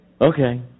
Okay